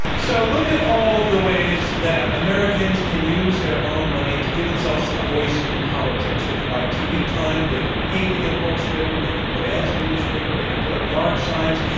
so look as all of the ways that americans can use their own money to give themselves a voice in politics. they can buy tv time, they can pay to get books written, they can put ads in the newspaper, they can put up yard signs.